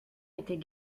était